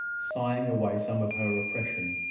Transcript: sighing away some of her oppression.